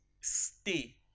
stay